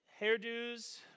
hairdos